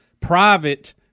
private